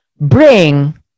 bring